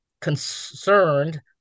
concerned